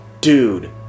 Dude